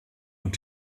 und